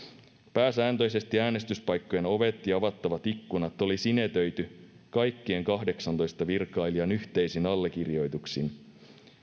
pääsääntöisesti äänestyspaikkojen ovet ja avattavat ikkunat oli sinetöity kaikkien kahdeksantoista virkailijan yhteisin allekirjoituksin